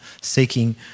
seeking